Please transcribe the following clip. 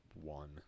one